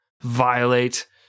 violate